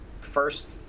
first